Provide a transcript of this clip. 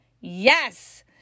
Yes